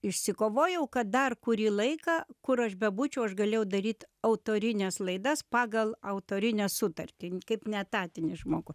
išsikovojau kad dar kurį laiką kur aš bebūčiau aš galėjau daryt autorines laidas pagal autorines sutartį kaip neetatinį žmogų